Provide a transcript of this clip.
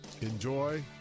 enjoy